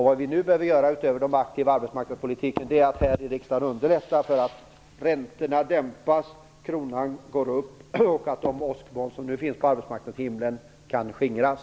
Vad vi nu behöver göra, utöver att driva en aktiv arbetsmarknadspolitik, är att här i riksdagen underlätta så att utvecklingen av räntorna dämpas, att kronan går upp och att de åskmoln som finns arbetsmarknadshimlen kan skingras.